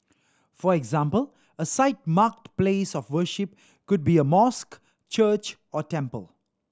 for example a site marked place of worship could be a mosque church or temple